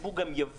הציבור גם יבין.